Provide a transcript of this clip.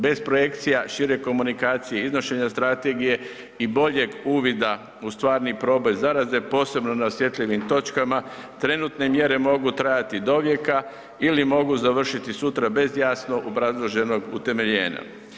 Bez projekcija, šire komunikacije, iznošenja strategije i boljeg uvida u stvarni proboj zaraze, posebno na osjetljivim točkama, trenutne mjere mogu trajati dovijeka, ili mogu završiti sutra bez jasno obrazloženog utemeljenja.